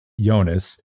Jonas